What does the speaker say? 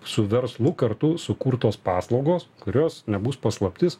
su verslu kartu sukurtos paslaugos kurios nebus paslaptis